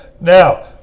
now